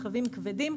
רכבים כבדים,